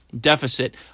deficit